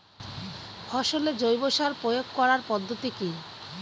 ফসলে জৈব সার প্রয়োগ করার পদ্ধতি কি?